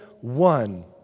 one